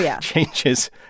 changes